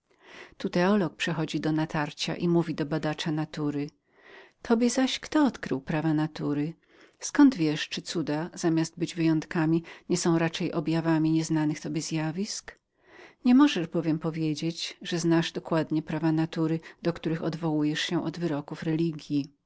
znowu teolog przestaje się bronić i mówi do badacza natury ależ tobie samemu kto odkrył prawa natury zkąd wiesz czyli cuda zamiast być wyjątkami nie są raczej objawami nieznanych tobie fenomenów nie możesz bowiem powiedzieć że znasz dokładnie te prawa natury do których odwołujesz się od wyroków religji